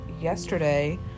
yesterday